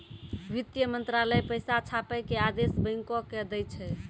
वित्त मंत्रालय पैसा छापै के आदेश बैंको के दै छै